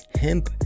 hemp